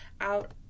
out